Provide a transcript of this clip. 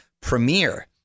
premiere